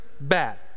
bad